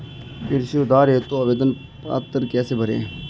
कृषि उधार हेतु आवेदन पत्र कैसे भरें?